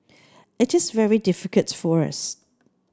it is very difficult for us